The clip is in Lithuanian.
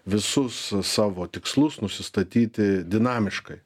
visus savo tikslus nusistatyti dinamiškai